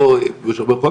לא שומר חוק,